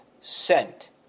sent